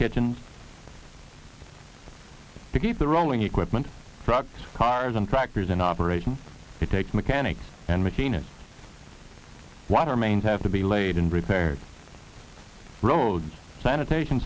kitchen to keep the rolling equipment trucks cars and tractors in operation it takes mechanics and machine it water mains have to be laid and repaired roads sanitation